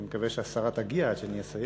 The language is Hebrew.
אני מקווה שהשרה תגיע עד שאני אסיים.